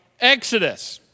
Exodus